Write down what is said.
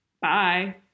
Bye